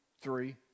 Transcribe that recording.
three